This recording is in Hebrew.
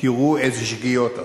תראו איזה שגיאות עשיתם.